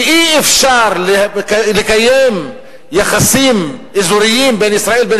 אי-אפשר לקיים יחסים אזוריים בין ישראל ובין